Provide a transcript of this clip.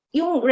yung